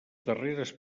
darreres